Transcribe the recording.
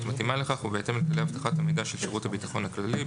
מתאימה לכך ובהתאם לכללי אבטחת המידע של שירות הביטחון הכללי.